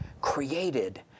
created